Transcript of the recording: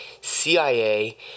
CIA